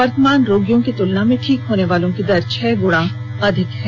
वर्तमान रोगियों की तुलना में ठीक होर्ने वालों की दर छह गुना अधिक है